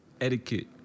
etiquette